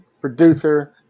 producer